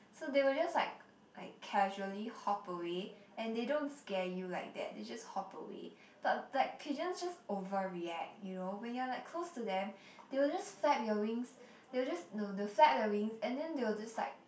so they will just like like casually hop away and they don't scare you like that they just hop away but like pigeons just over react you know when you are like close to them they will just flap your wings they'll just no they'll flap their wings and then they'll just like